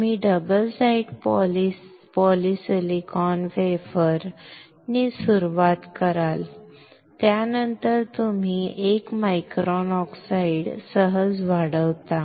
तुम्ही double side poly silicon wafer ने सुरुवात कराल त्यानंतर तुम्ही 1 मायक्रॉन ऑक्साईड सहज वाढता